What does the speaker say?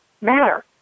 matter